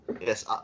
Yes